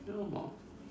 even more